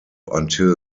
until